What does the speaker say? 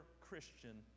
Christian